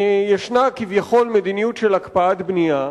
יש כביכול מדיניות של הקפאת בנייה,